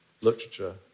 literature